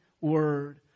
word